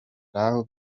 aho